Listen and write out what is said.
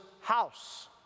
house